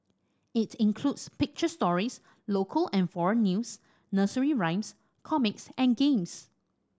it includes picture stories local and foreign news nursery rhymes comics and games